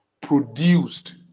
produced